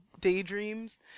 daydreams